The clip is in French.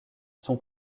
son